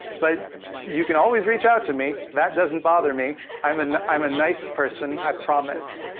but you can always reach out to me, that doesn't bother me. i'm and i'm a nice person, i promise.